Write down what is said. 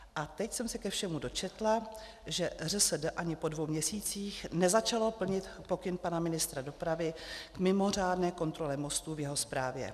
A teď jsem se ke všemu dočetla, že ŘSD ani po dvou měsících nezačalo plnit pokyn pana ministra dopravy k mimořádné kontrole mostů v jeho správě.